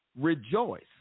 rejoice